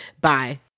Bye